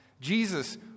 Jesus